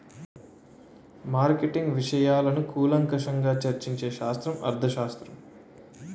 marketing విషయాలను కూలంకషంగా చర్చించే శాస్త్రం అర్థశాస్త్రం